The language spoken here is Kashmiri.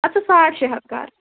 اچھا ساڑ شےٚ ہتھ کَر